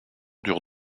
dure